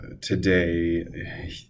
today